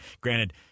Granted